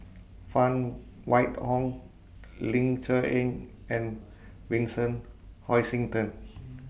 Phan Wait Hong Ling Cher Eng and Vincent Hoisington